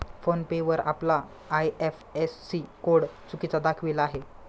phone पे वर आपला IFSC code चुकीचा दाखविला आहे